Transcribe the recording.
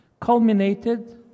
culminated